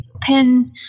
pins